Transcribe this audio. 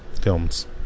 films